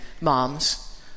moms